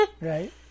right